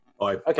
Okay